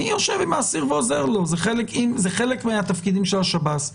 מי יושב עם האסיר ועוזר לו זה חלק זה חלק מהתפקידים של השב"ס.